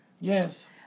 Yes